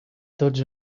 tots